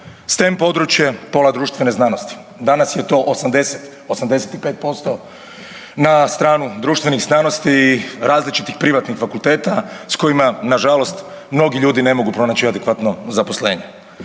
STEM područje, pola društvene znanosti, danas je to 80, 85% na stranu društvenih znanosti, različitih privatnih fakulteta s kojima nažalost mnogi ljudi ne mogu pronaći adekvatno zaposlenje.